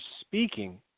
speaking